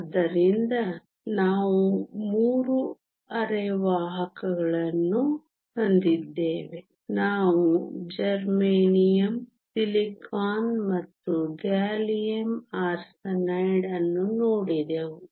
ಆದ್ದರಿಂದ ನಾವು ಮೂರು ಅರೆವಾಹಕಗಳನ್ನು ಹೊಂದಿದ್ದೇವೆ ನಾವು ಜರ್ಮೇನಿಯಮ್ ಸಿಲಿಕಾನ್ ಮತ್ತು ಗ್ಯಾಲಿಯಮ್ ಆರ್ಸೆನೈಡ್ ಅನ್ನು ನೋಡಿದೆವು